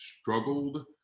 struggled